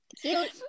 Cute